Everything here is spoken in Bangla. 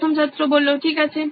প্রথম ছাত্র ঠিক আছে